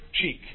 cheek